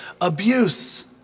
abuse